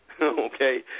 Okay